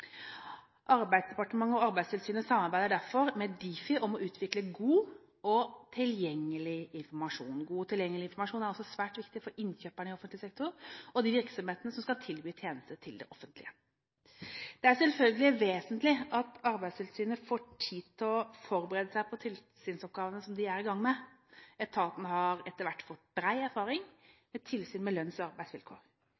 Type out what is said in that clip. Arbeidsdepartementet og Arbeidstilsynet samarbeider derfor med Difi om å utvikle god og tilgjengelig informasjon. God og tilgjengelig informasjon er altså svært viktig for innkjøperne i offentlig sektor og de virksomhetene som skal tilby tjenester til det offentlige. Det er selvfølgelig vesentlig at Arbeidstilsynet får tid til å forberede seg på tilsynsoppgavene som de er i gang med. Etaten har etter hvert fått bred erfaring